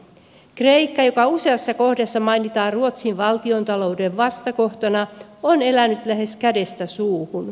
kreikka joka useassa kohdassa mainitaan ruotsin valtiontalouden vastakohtana on elänyt lähes kädestä suuhun